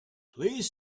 please